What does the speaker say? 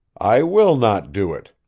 i will not do it,